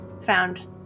found